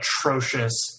atrocious